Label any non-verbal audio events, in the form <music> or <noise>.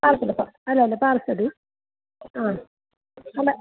<unintelligible> അല്ലല്ല പാർസൽ ആ അല്ല